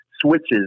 switches